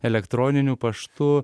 elektroniniu paštu